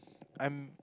I'm